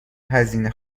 هزینه